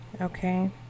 okay